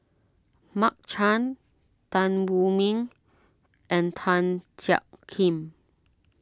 Mark Chan Tan Wu Meng and Tan Jiak Kim